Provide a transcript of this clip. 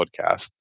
podcast